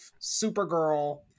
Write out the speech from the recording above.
Supergirl